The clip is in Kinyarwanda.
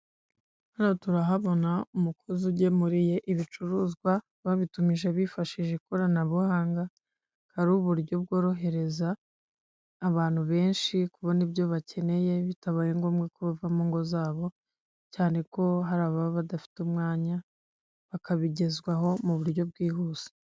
Hano turahabona umukozi ugemuriye ibicuruzwa ababitumije bifashishije ikoranabuhanga, ari uburyo bworohereza abantu benshi kubona ibyo bakeneye bitabaye ngombwa ko bava mungo zabo cyane ko hari ababa dafite umwanya bakabigezwaho mu buryo bwihuse.